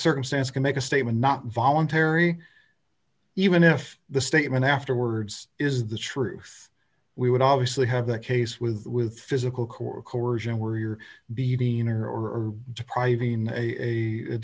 circumstance can make a statement not voluntary even if the statement afterwards is the truth we would obviously have a case with with physical court coersion where you're beating or or depriving a